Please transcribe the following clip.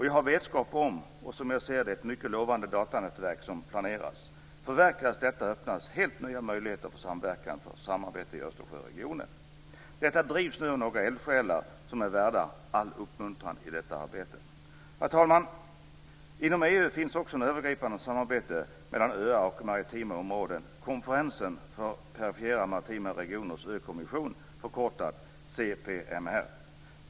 Jag har vetskap om ett, som jag ser det, mycket lovande datanätverk som planeras. Förverkligas detta öppnas helt nya möjligheter för samverkan och samarbete i Östersjöregionen. Det drivs nu av några eldsjälar som är värda all uppmuntran i detta arbete. Herr talman! Inom EU finns också ett övergripande samarbete mellan öar och maritima områden genom Konferensen för perifera maritima regioners ökomission, CPMR.